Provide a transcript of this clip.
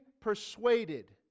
persuaded